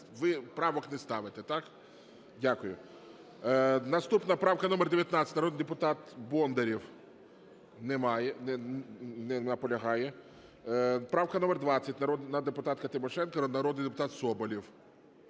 ви правок не ставите, так? Дякую. Наступна правка номер 19, народний депутат Бондарєв. Немає. Не наполягає. Правка номер 20, народна депутатка Тимошенко, народний депутат Соболєв.